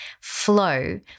flow